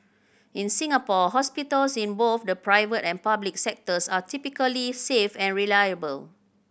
in Singapore hospitals in both the private and public sectors are typically safe and reliable